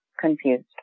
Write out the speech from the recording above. confused